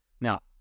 Now